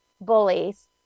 Bullies